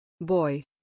Boy